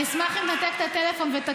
אני אשמח אם תנתק את הטלפון ותקשיב.